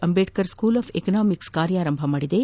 Ambedkar school of economics ಕಾರ್ಕಾರಂಭ ಮಾಡಿದ್ದು